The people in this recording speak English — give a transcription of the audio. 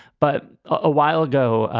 but a while ago,